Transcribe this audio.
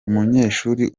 umunyeshuri